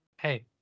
Hey